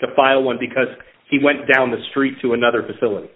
the final one because he went down the street to another facility